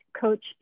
coach